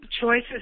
choices